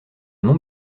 non